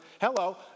hello